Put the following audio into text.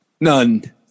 none